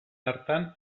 hartan